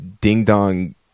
ding-dong